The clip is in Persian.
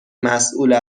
مسئول